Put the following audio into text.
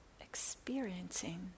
experiencing